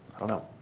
i don't know.